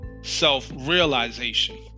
self-realization